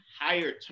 higher